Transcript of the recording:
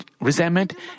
resentment